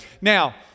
Now